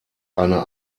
eine